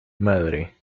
madre